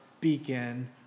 Beacon